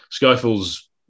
Skyfall's